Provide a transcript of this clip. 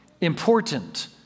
important